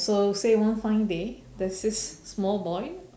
so say one fine day there's this small boy